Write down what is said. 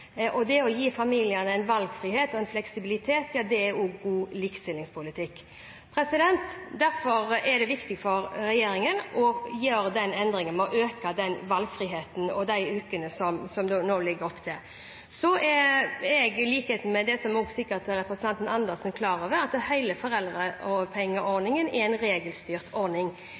Derfor er det viktig for regjeringen å gjøre den endringen det er å øke valgfriheten i disse ukene, slik vi nå legger opp til. Så vet jeg, i likhet med det representanten Andersen sikkert er klar over, at hele foreldrepengeordningen er en regelstyrt ordning.